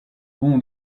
bon